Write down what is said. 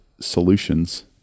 solutions